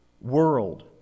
world